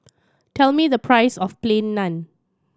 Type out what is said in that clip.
tell me the price of Plain Naan